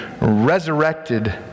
resurrected